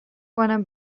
کنم